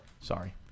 Sorry